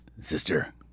Sister